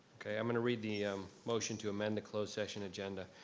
okay, i'm going to read the um motion to amend the close session agenda.